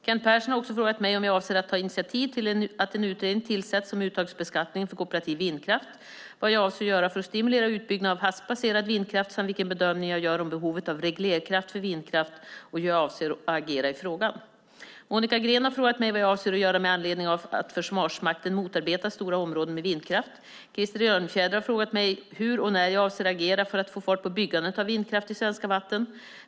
Kent Persson har också frågat mig om jag avser att ta initiativ till att en utredning tillsätts om uttagsbeskattningen för kooperativ vindkraft, vad jag avser att göra för att stimulera utbyggnad av havsbaserad vindkraft samt vilken bedömning jag gör om behovet av reglerkraft för vindkraft och hur jag avser att agera i frågan. Monica Green har frågat mig vad jag avser att göra med anledningen av att Försvarsmakten motarbetar stora områden med vindkraft. Krister Örnfjäder har frågat mig hur och när jag avser att agera för att få fart på byggandet av vindkraft i svenska vatten.